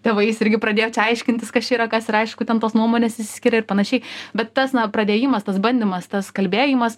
tėvais irgi pradėjo čia aiškintis kas čia yra kas ir aišku ten tos nuomonės išsiskiria ir panašiai bet tas na pradėjimas tas bandymas tas kalbėjimas